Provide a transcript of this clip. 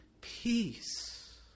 peace